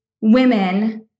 women